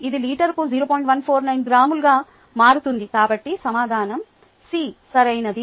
149 గ్రాములుగా మారుతుంది కాబట్టి సమాధానం సిసరైనది